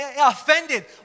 offended